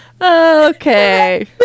okay